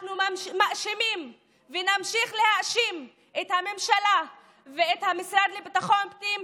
אנחנו מאשימים ונמשיך להאשים את הממשלה ואת המשרד לביטחון פנים,